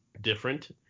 different